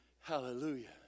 Hallelujah